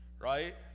Right